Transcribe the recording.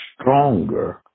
stronger